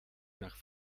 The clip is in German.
nach